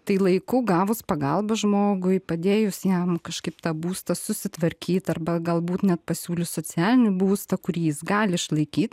tai laiku gavus pagalbą žmogui padėjus jam kažkaip tą būstą susitvarkyt arba galbūt net pasiūlius socialinį būstą kurį jis gali išlaikyt